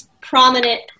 prominent